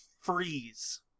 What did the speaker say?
freeze